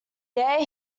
there